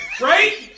right